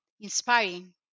inspiring